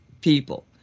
people